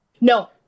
No